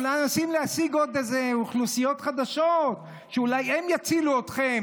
אולי מנסים להשיג עוד איזה אוכלוסיות חדשות שאולי הן יצילו אתכם